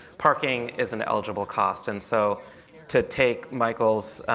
parking is an eligible cost. and so to take michael's